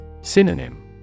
Synonym